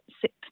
six